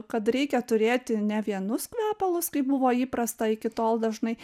kad reikia turėti ne vienus kvepalus kaip buvo įprasta iki tol dažnai